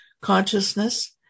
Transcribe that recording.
consciousness